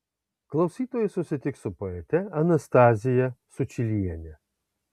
klausytojai susitiks su poete anastazija sučyliene